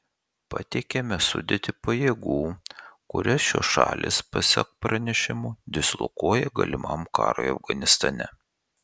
pateikiame sudėtį pajėgų kurias šios šalys pasak pranešimų dislokuoja galimam karui afganistane